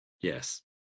Yes